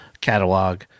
catalog